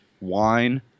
wine